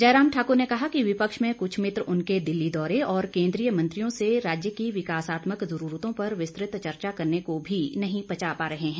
जयराम ठाकुर ने कहा कि विपक्ष में कुछ मित्र उनके दिल्ली दौरे और केन्द्रीय मंत्रियों से राज्य की विकासात्मक जरूरतों पर विस्तृत चर्चा करने को भी नही पचा पा रहे हैं